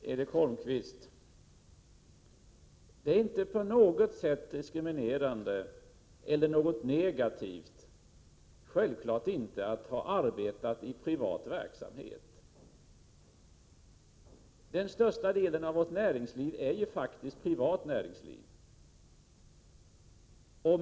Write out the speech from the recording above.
Herr talman! Det är självfallet inte på något sätt diskriminerande, Erik Holmkvist, eller negativt att ha arbetat i privat verksamhet. Den största delen av vårt näringsliv är faktiskt privat.